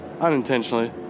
unintentionally